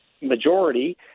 majority